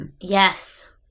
Yes